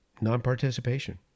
non-participation